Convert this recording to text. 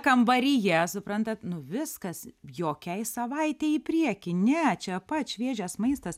kambaryje suprantat nu viskas jokiai savaitei į priekį ne čia pat šviežias maistas